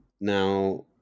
Now